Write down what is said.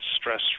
stress